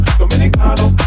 dominicano